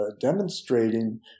demonstrating